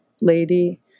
lady